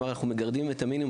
אמר אנחנו מגרדים את המינימום,